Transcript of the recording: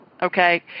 Okay